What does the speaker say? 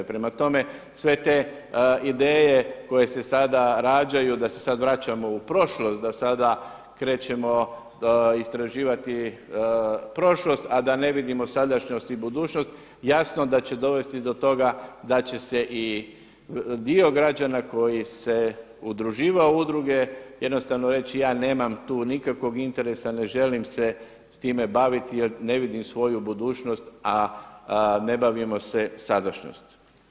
Prema tome, sve te ideje koje se sada rađaju, da se sada vraćamo u prošlost, da sada krećemo istraživati prošlost, a da ne vidimo sadašnjost i budućnost, jasno da će dovesti do toga da će se i dio građana koji se udruživao u udruge jednostavno reći ja nemam tu nikakvog interesa, ne želim se s time baviti jer ne vidim svoju budućnost, a ne bavimo se sadašnjošću.